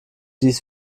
dies